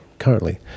currently